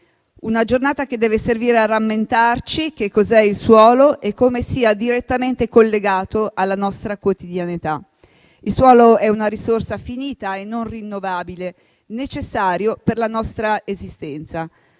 Una giornata che deve servire a rammentarci che cos'è il suolo e come sia direttamente collegato alla nostra quotidianità. Il suolo è una risorsa finita e non rinnovabile, necessaria per la nostra esistenza.